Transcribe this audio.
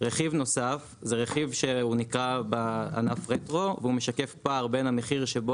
רכיב נוסף זה רכיב שנקרא בענף רטרו והוא משקף פער בין המחיר שבו